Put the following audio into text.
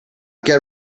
get